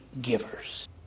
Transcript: givers